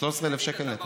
13,000 שקל נטו.